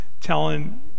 telling